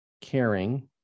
caring